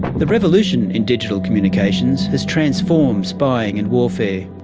the revolution in digital communications has transformed spying and warfare.